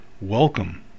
welcome